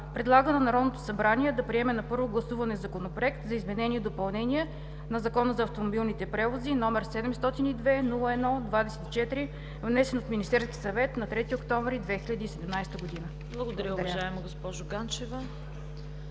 предлага на Народното събрание да приеме на първо гласуване Законопроект за изменение и допълнение на Закона за автомобилните превози, № 702-01-24, внесен от Министерския съвет на 3 октомври 2017 г.“ Благодаря.